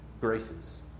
graces